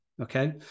Okay